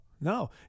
no